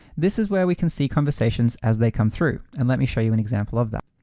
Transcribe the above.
this is where we can see conversations as they come through. and let me show you an example of that.